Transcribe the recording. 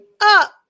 up